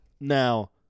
Now